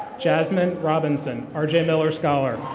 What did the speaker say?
jasmine robinson, ah rj miller scholar.